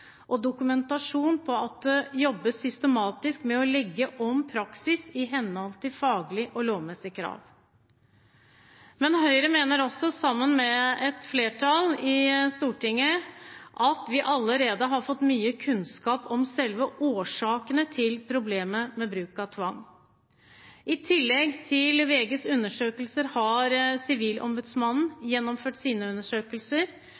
og dokumentasjon på at det jobbes systematisk med å legge om praksis i henhold til faglige og lovmessige krav. Men Høyre mener også, sammen med et flertall i Stortinget, at vi allerede har fått mye kunnskap om selve årsakene til problemet med bruk av tvang. I tillegg til VGs undersøkelser har Sivilombudsmannen gjennomført sine undersøkelser,